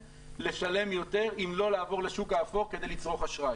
לשלם יותר אם לא לעבור לשוק האפור כדי לצרוך אשראי.